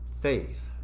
Faith